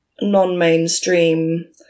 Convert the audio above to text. non-mainstream